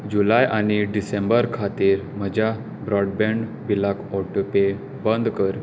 जुलाय आनी डिसेंबर खातीर म्हज्या ब्रॉडबँड बिलाक ऑटो पे बंद कर